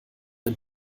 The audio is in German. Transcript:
ein